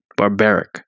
barbaric